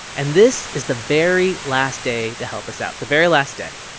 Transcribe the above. and this is the very last day to help us out the very last day.